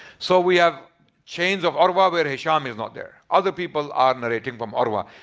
so we have chain of urwah where hishaam is not there other people are narrating from urwah.